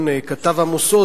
תודה, אדוני.